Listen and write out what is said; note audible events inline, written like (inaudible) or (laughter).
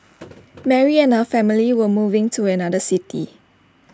(noise) Mary and her family were moving to another city